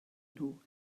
nhw